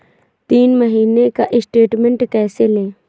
तीन महीने का स्टेटमेंट कैसे लें?